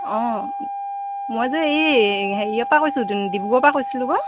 অঁ মই যে এই হেৰিয়ৰপৰা কৈছোঁ ডিব্ৰুগড়ৰপৰা কৈছিলোঁ আকৌ